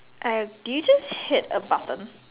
I have did you just hit a button